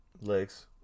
Legs